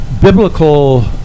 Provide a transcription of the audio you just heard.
biblical